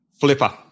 Flipper